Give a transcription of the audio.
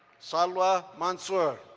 salwa mansur.